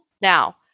now